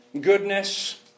goodness